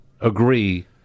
agree